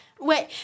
Wait